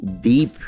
deep